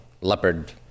leopard